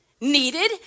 Needed